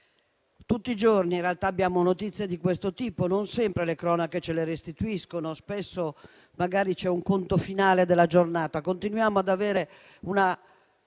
Tutti i giorni, in realtà, abbiamo notizie di questo tipo, anche se non sempre le cronache ce le restituiscono: spesso, magari, c'è un conto finale della giornata, ma continuiamo ad avere una